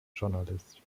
journalist